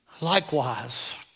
Likewise